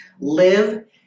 live